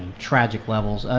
tragic levels.